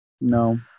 no